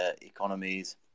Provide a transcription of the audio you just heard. economies